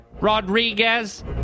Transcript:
Rodriguez